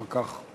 אחר כך,